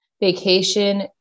vacation